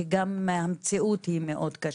כי גם המציאות מאוד קשה.